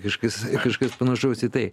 kažkas kažkas panašaus į tai